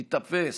ייתפס,